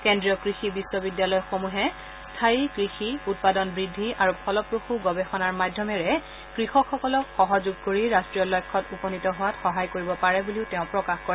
কেন্দ্ৰীয় কৃষি বিশ্ববিদ্যালয়সমূহে স্থায়ী কৃষি উৎপাদন বৃদ্ধি আৰু ফলপ্ৰসু গৱেষণাৰ মাধ্যমেৰে কৃষকসকলক সহযোগ কৰি ৰাষ্ট্ৰীয় লক্ষ্যত উপনীত হোৱাত সহায় কৰিব পাৰে বুলিও তেওঁ প্ৰকাশ কৰে